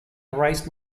erased